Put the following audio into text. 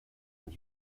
when